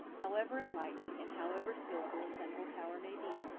however enlightened and however skilful a central power may be,